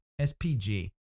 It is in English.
SPG